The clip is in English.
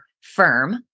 firm